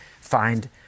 find